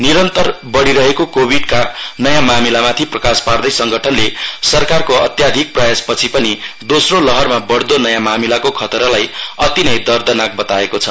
निरन्तर बढ़िरहेको कोभिइका नयाँ मामिलामाथि प्रकाश पार्दै संगठनले सरकारको अत्याधिक प्रयासपछि पनि दोस्रो लहरमा बढ़दो नयाँ मामिलाको खतरालाई अतिनै दर्दनाक बताएको छ